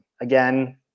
Again